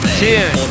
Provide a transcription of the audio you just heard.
tune